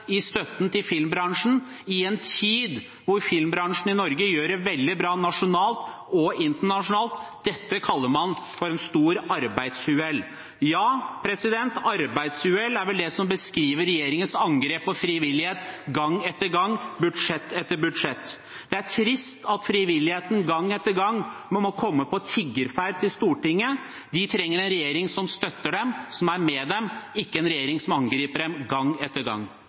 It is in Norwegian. i støtten til filmbransjen i en tid hvor filmbransjen i Norge gjør det veldig bra nasjonalt og internasjonalt. Dette kaller man for et stort arbeidsuhell. Ja, arbeidsuhell er vel det som beskriver regjeringens angrep på frivillighet – gang etter gang, budsjett etter budsjett. Det er trist at frivilligheten gang etter gang må komme på tiggerferd til Stortinget. De trenger en regjering som støtter dem, som er med dem, ikke en regjering som angriper dem gang etter gang.